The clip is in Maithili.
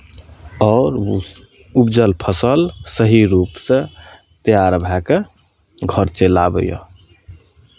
आओर ओ उपजल फसल सही रूपसँ तैयार भए कऽ घर चलि आबैए